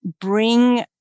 bring